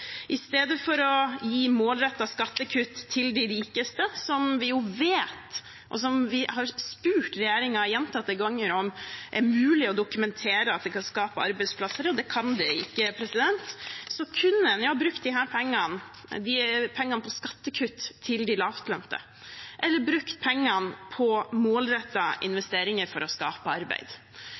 å gi målrettede skattekutt til de rikeste – og vi har spurt regjeringen gjentatte ganger om det er mulig å dokumentere at det kan skape arbeidsplasser, og det kan det ikke – kunne en ha brukt disse pengene til skattekutt til de lavtlønte, eller brukt pengene på målrettede investeringer for å skape arbeid.